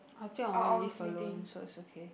I think I'm gonna live alone so it's okay